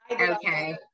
Okay